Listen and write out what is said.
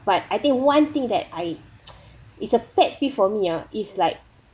but I think one thing that I is a pet peeve for me ah it's like